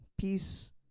Peace